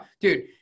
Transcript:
Dude